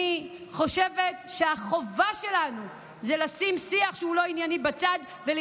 אני חושבת שהחובה שלנו היא לשים בצד שיח שהוא לא ענייני ולהילחם,